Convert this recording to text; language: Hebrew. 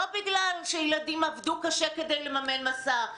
לא בגלל שילדים עבדו קשה כדי לממן מסע,